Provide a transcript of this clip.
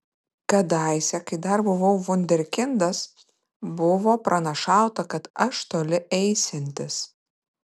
kadaise kai dar buvau vunderkindas buvo pranašauta kad aš toli eisiantis